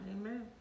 Amen